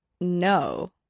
no